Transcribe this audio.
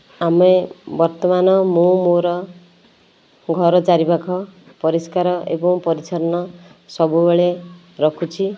ଆମେ ବର୍ତ୍ତମାନ ମୁଁ ମୋର ଘର ଚାରିପାଖ ପରିସ୍କାର ଏବଂ ପରିଚ୍ଛନ୍ନ ସବୁବେଳେ ରଖୁଛି